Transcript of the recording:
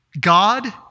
God